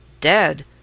Dead